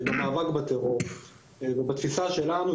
במאבק בטרור ובתפיסה שלנו,